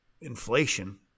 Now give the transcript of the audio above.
inflation